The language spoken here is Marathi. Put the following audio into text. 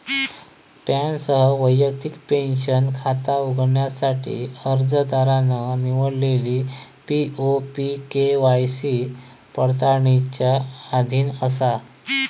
पॅनसह वैयक्तिक पेंशन खाता उघडण्यासाठी अर्जदारान निवडलेलो पी.ओ.पी के.वाय.सी पडताळणीच्या अधीन असा